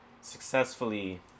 successfully